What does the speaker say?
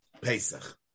Pesach